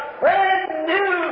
brand-new